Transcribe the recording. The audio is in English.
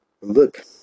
Look